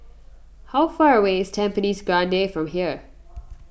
how far away is Tampines Grande from here